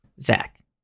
Zach